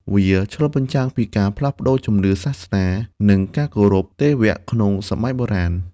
វាឆ្លុះបញ្ចាំងពីការផ្លាស់ប្តូរជំនឿសាសនា និងការគោរពទេវៈក្នុងសម័យបុរាណ។